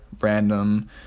random